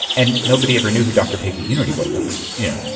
and nobody ever knew who doctor patient unity was. there was you know,